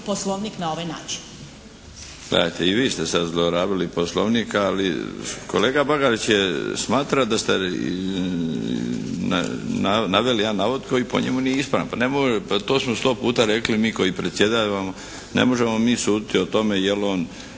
Poslovnik na ovaj način.